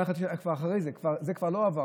התירוץ הזה של קורונה כבר לא יכול